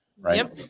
right